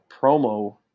promo